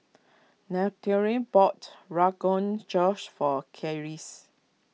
Natalya bought Rogan Josh for Keris